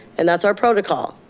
and that's our protocol.